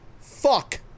Fuck